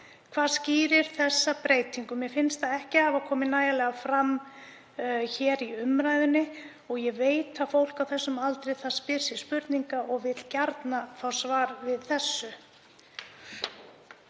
Hvað skýrir þessa breytingu? Mér finnst það ekki hafa komið nægilega vel fram hér í umræðunni og ég veit að fólk á þessum aldri það spyr sig spurninga og vill gjarnan fá svar við þessu.